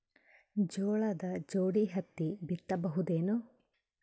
ಜೋಳದ ಜೋಡಿ ಹತ್ತಿ ಬಿತ್ತ ಬಹುದೇನು?